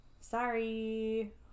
Sorry